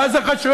מה זה חשוב?